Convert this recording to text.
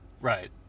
Right